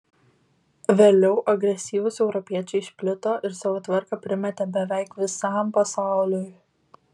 vėliau agresyvūs europiečiai išplito ir savo tvarką primetė beveik visam pasauliui